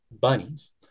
Bunnies